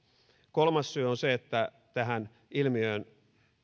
kolmas syy on se että tähän ilmiöön